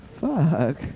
Fuck